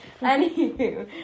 Anywho